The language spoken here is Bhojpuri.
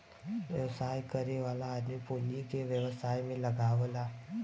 व्यवसाय करे वाला आदमी पूँजी के व्यवसाय में लगावला